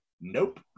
nope